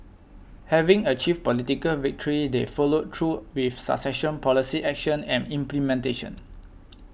having achieved political victory they followed through with successful policy action and implementation